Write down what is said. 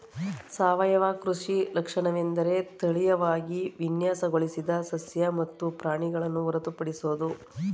ಸಾವಯವ ಕೃಷಿ ಲಕ್ಷಣವೆಂದರೆ ತಳೀಯವಾಗಿ ವಿನ್ಯಾಸಗೊಳಿಸಿದ ಸಸ್ಯ ಮತ್ತು ಪ್ರಾಣಿಗಳನ್ನು ಹೊರತುಪಡಿಸೋದು